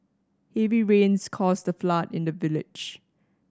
heavy rains caused the flood in the village